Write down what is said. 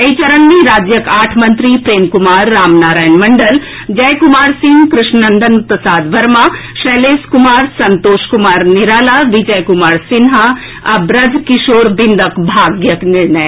एहि चरण मे राज्यक आठ मंत्री प्रेम कुमार राम नारायण मंडल जय कुमार सिंह कृष्णनंदन प्रसाद वर्मा शैलेश कुमार संतोष कुमार निराला विजय कुमार सिन्हा आ ब्रजकिशोर बिंदक भाग्यक निर्णय होयत